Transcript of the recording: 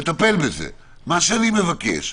אני מבקש,